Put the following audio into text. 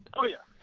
oh, yeah.